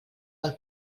vol